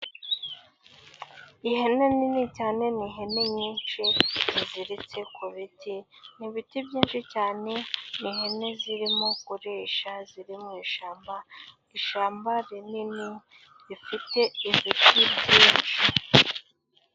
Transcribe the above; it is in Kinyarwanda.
Ihene nini cyane, n'ihene nyinshi ziziritse ku biti, n'ibiti byinshi cyane, ihene zirimo kurisha ziri mu ishyamba, ishyamba rinini rifite ibiti byinshi.